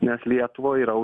nes lietuvą yra